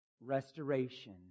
restoration